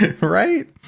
right